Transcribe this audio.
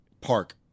Park